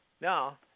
Now